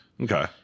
Okay